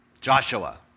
Joshua